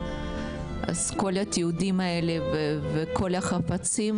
העירייה כרגע בוחנת את המצב,